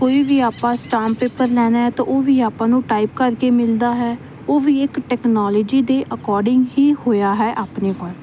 ਕੋਈ ਵੀ ਆਪਾਂ ਸਟਾਮ ਪੇਪਰ ਲੈਣਾ ਹੈ ਤਾਂ ਉਹ ਵੀ ਆਪਾਂ ਨੂੰ ਟਾਈਪ ਕਰਕੇ ਮਿਲਦਾ ਹੈ ਉਹ ਵੀ ਇੱਕ ਟੈਕਨੋਲੋਜੀ ਦੇ ਅਕੋਰਡਿੰਗ ਹੀ ਹੋਇਆ ਹੈ ਆਪਣੇ ਪਰ